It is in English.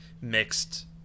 mixed